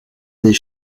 des